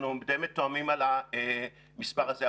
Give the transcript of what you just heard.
אנחנו די מתואמים על המספר הזה.